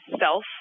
self